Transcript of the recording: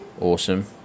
awesome